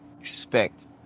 expect